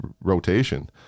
rotation